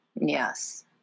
yes